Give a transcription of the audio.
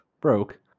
broke